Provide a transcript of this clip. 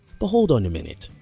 but hold on a minute!